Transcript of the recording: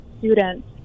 students